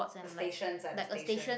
the stations ah the station